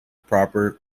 property